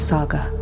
Saga